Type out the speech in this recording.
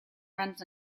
runs